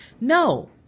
No